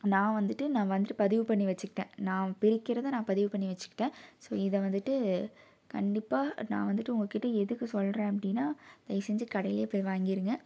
நான் வந்துட்டு நான் வந்துட்டு பதிவு பண்ணி வச்சிக்கிட்டேன் நான் பிரிக்கிறதை நான் பதிவு பண்ணி வச்சிக்கிட்டேன் ஸோ இதை வந்துட்டு கண்டிப்பாக நான் வந்துட்டு உங்கக்கிட்ட எதுக்கு சொல்கிறேன் அப்படின்னா தயவுசெஞ்சு கடையில் போய் வாங்கிருங்க